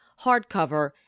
hardcover